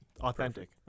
Authentic